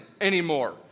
anymore